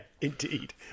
indeed